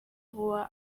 vuba